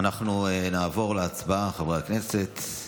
אנחנו נעבור להצבעה, חברי הכנסת.